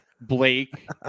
Blake